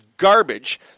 garbage